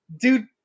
dude